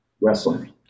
wrestling